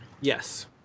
Yes